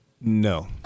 No